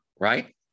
right